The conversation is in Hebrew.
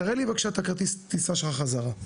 תראה לי בבקשה את כרטיס הטיסה שלך בחזרה.